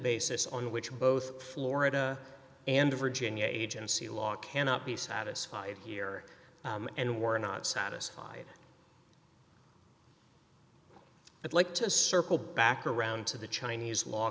basis on which both florida and virginia agency law cannot be satisfied here and we're not satisfied i'd like to circle back around to the chinese law